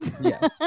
Yes